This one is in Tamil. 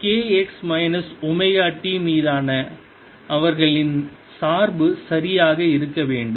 எனவே kx மைனஸ் ஒமேகா t மீதான அவர்களின் சார்பு சரியாக இருக்க வேண்டும்